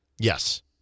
Yes